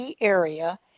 area